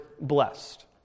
blessed